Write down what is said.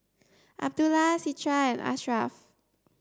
Abdullah Citra and Ashraff